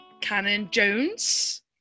Cannon-Jones